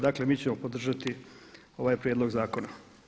Dakle mi ćemo podržati ovaj prijedlog zakona.